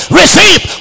receive